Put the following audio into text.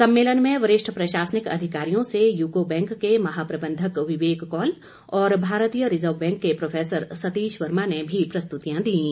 सम्मेलन में वरिष्ठ प्रशासनिक अधिकारियों से यूको बैंक के महाप्रबंधक विवेक कौल और भारतीय रिजर्व बैंक के प्रोफेसर सतीश वर्मा ने भी प्रस्तुतियां दीं